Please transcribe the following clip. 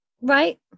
Right